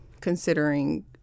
considering